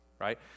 right